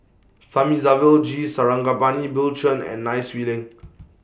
Thamizhavel G Sarangapani Bill Chen and Nai Swee Leng